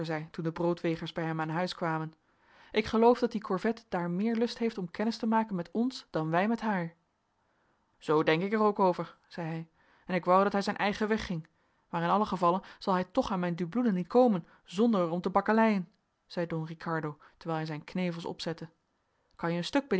de broodwegers bij hem aan huis kwamen ik geloof dat die korvet daar meer lust heeft om kennis te maken met ons dan wij met haar zoo denk ik er ook over zei hij en ik wou dat hij zijn eigen weg ging maar in allen gevalle zal hij toch aan mijn dubloenen niet komen zonder er om te bakkeleien zei don ricardo terwijl hij zijn knevels opzette kan je een stuk